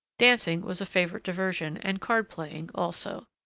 dancing was a favourite diversion and card-playing also.